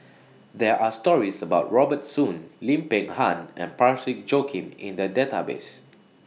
There Are stories about Robert Soon Lim Peng Han and Parsick Joaquim in The Database